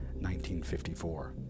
1954